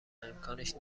امکانش